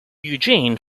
eugene